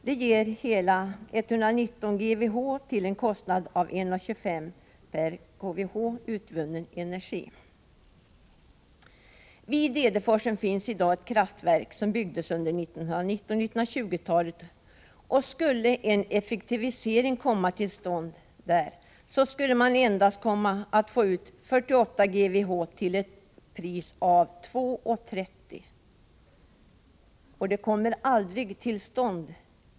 Det ger hela 119 GWh till en kostnad av 1:25 kr. kWh. Det kommer aldrig till stånd.